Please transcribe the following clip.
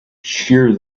shear